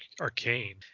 Arcane